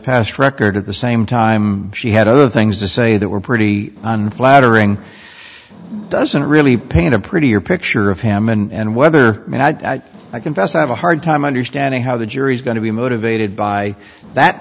past record at the same time she had other things to say that were pretty unflattering doesn't really paint a pretty or picture of him and whether i mean i i confess i have a hard time understanding how the jury's going to be motivated by that